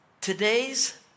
Today's